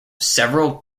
several